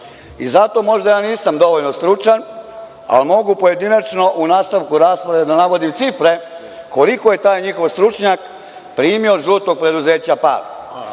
možda ja nisam dovoljno stručan, ali mogu pojedinačno u nastavku rasprave da navodim cifre koliko je taj njihov stručnjak primio od žutog preduzeće